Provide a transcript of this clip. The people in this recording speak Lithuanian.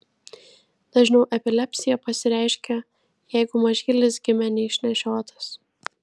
dažniau epilepsija pasireiškia jeigu mažylis gimė neišnešiotas